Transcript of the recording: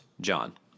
John